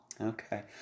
okay